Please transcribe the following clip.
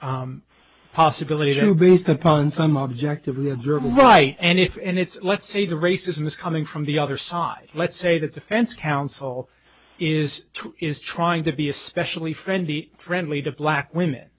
possibility to based upon some objectively observable right and if and it's let's say the racism is coming from the other side let's say that defense counsel is is trying to be especially friendly friendly to black women